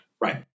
Right